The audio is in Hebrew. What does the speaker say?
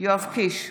יואב קיש,